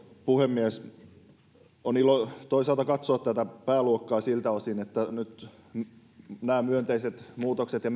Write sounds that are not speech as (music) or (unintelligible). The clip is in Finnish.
puhemies on ilo toisaalta katsoa tätä pääluokkaa siltä osin että nyt myönteiset muutokset ja (unintelligible)